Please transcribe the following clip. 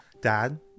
Dad